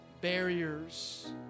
barriers